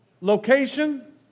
Location